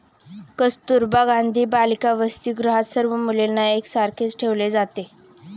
कस्तुरबा गांधी बालिका वसतिगृहात सर्व मुलींना एक सारखेच ठेवले जाते